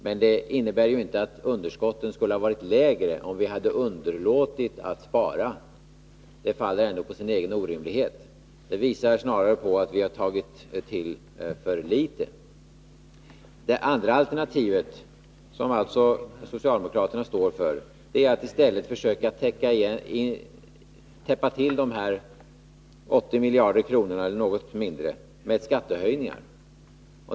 Men det innebär inte att underskotten skulle ha varit mindre om vi hade underlåtit att spara — det faller ändå på sin egen orimlighet. Det visar snarare att vi har tagit till för litet. Det andra alternativet, som socialdemokraterna står för, är att i stället försöka täppa till de här knappa 80 miljarderna med skattehöjningar.